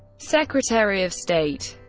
secretary of state.